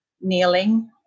kneeling